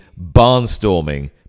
barnstorming